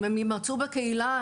אם הם יימצאו בקהילה,